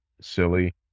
silly